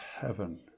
heaven